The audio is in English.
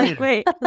wait